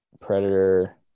predator